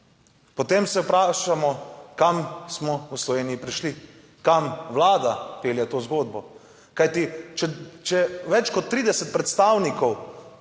potem se vprašamo kam smo v Sloveniji prišli, kam Vlada pelje to zgodbo. Kajti, če več kot 30 predstavnikov